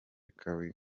reka